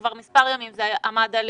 כבר מספר ימים זה עמד על